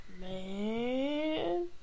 Man